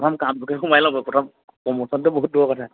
প্ৰথম কামটোকে সোমাই লওঁ বাৰু প্ৰথম প্ৰমোশ্যনটো বহুত দূৰৰ কথা